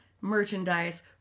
merchandise